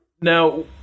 Now